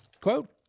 quote